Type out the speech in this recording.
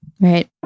Right